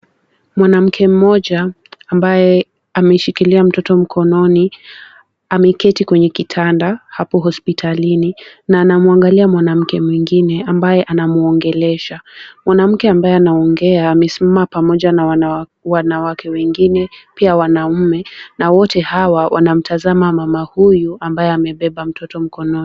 Mwanamke mmoja ambaye ameshikilia mtoto mkononi, ameketi kwenye kitanda hapo hospitalini na anamwangalia mwanamke mwingine ambaye anamuongelesha. Mwanamke ambaye anaongea amesimama pamoja na wanawake wengine pia wanaume na wote hawa wanamtazama mama huyu ambaye amebeba mtoto mkononi.